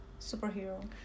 superhero